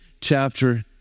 chapter